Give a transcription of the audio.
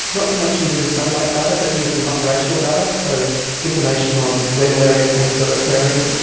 not so much using satellite data but using operational data, so information on where malaria cases are occurring,